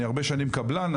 אני הרבה שנים קבלן,